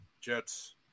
Jets